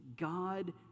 God